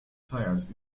tires